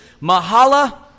Mahala